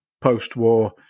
post-war